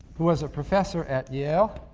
who was a professor at yale,